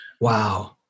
wow